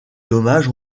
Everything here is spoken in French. dommages